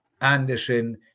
Anderson